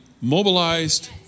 mobilized